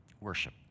worship